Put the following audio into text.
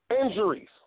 Injuries